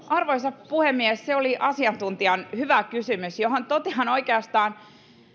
arvoisa puhemies se oli asiantuntijan hyvä kysymys johon totean oikeastaan